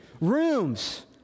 Rooms